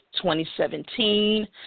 2017